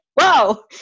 whoa